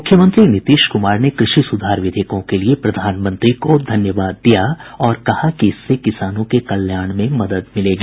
मुख्यमंत्री नीतीश कुमार ने कृषि सुधार विधेयकों के लिए प्रधानमंत्री को धन्यवाद दिया और कहा कि इससे किसानों के कल्याण में मदद मिलेगी